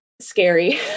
scary